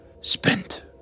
spent